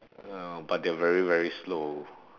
oh but they are very very slow